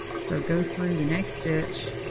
so go through the next stitch.